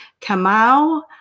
Kamau